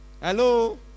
hello